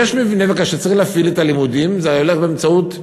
כשצריך להפעיל את הלימודים זה לא ממלכתי,